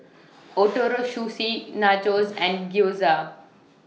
Ootoro Sushi Nachos and Gyoza